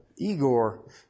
Igor